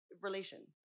relation